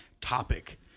topic